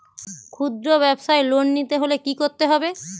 খুদ্রব্যাবসায় লোন নিতে হলে কি করতে হবে?